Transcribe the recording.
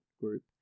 group